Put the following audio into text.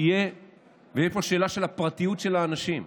איפה שאלת הפרטיות של האנשים?